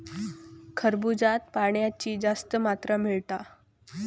खरबूज्यात पाण्याची जास्त मात्रा मिळता